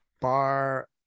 bar